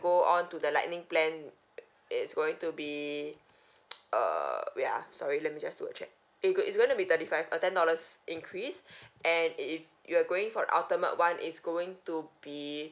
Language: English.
go on to the lightning plan it's going to be err wait ah sorry let me just do a check it goes it's going to be thirty five uh ten dollars increase and it if you're going for ultimate [one] is going to be